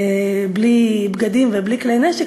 בלי בגדים ובלי כלי נשק,